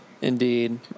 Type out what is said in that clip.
Indeed